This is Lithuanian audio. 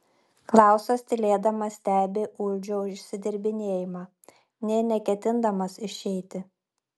klausas tylėdamas stebi uldžio išsidirbinėjimą nė neketindamas išeiti